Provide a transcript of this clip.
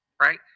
right